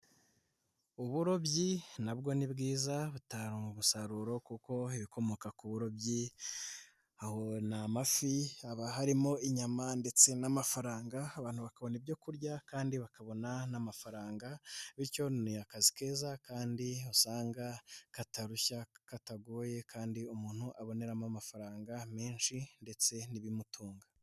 Uburobyi na bwo ni bwiza butanga umusaruro kuko ibikomoka ku burobyi, aho ni amafi haba harimo inyama ndetse n'amafaranga abantu bakabona ibyo kurya kandi bakabona n'amafaranga, bityo ni akazi keza kandi usanga katarushya katagoye kandi umuntu aboneramo amafaranga menshi ndetse n'ibimutunga.